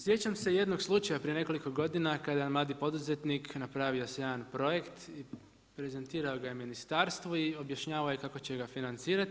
Sjećam se jednog slučaja prije nekoliko godina kada je jedan mladi poduzetnik napravio si jedan projekt i prezentirao ga je ministarstvu i objašnjavao je kako će ga financirati.